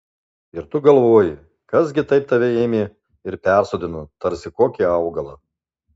ir tu galvoji kas gi taip tave ėmė ir persodino tarsi kokį augalą